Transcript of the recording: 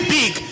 big